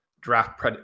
draft